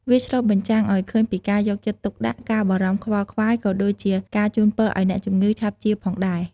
វាឆ្លុះបញ្ចាំងឱ្យឃើញពីការយកចិត្តទុកដាក់ ការបារម្ភខ្វល់ខ្វាយ ក៏ដូចជាការជូនពរឱ្យអ្នកជំងឺឆាប់ជាផងដែរ។